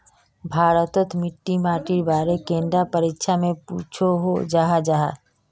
भारत तोत मिट्टी माटिर बारे कैडा परीक्षा में पुछोहो जाहा जाहा?